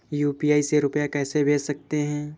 UPI से रुपया कैसे भेज सकते हैं?